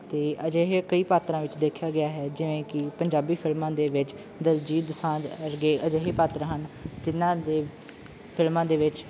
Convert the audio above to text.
ਅਤੇ ਅਜਿਹੇ ਕਈ ਪਾਤਰਾਂ ਵਿੱਚ ਦੇਖਿਆ ਗਿਆ ਹੈ ਜਿਵੇਂ ਕਿ ਪੰਜਾਬੀ ਫਿਲਮਾਂ ਦੇ ਵਿੱਚ ਦਲਜੀਤ ਦੋਸਾਂਝ ਵਰਗੇ ਅਜਿਹੇ ਪਾਤਰ ਹਨ ਜਿਨਾਂ ਦੇ ਫਿਲਮਾਂ ਦੇ ਵਿੱਚ